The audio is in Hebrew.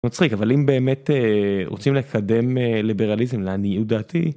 מצחיק אבל אם באמת רוצים לקדם ליברליזם לעניות דעתי.